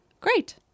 Great